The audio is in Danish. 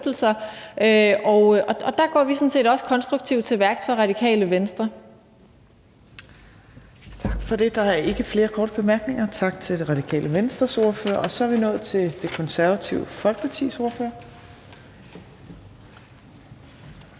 side sådan set også konstruktivt til værks. Kl. 15:59 Fjerde næstformand (Trine Torp): Der er ikke flere korte bemærkninger, så tak til Det Radikale Venstres ordfører. Så er vi nået til Det Konservative Folkepartis ordfører.